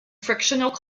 frictional